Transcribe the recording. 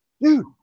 dude